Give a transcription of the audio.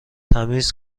تمیز